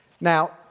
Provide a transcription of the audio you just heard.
Now